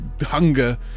hunger